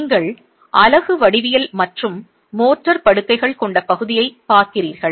நீங்கள் அலகு வடிவியல் மற்றும் மோர்டார் படுக்கைகள் கொண்ட பகுதியைப் பார்க்கிறீர்கள்